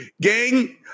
Gang